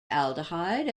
aldehyde